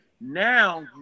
Now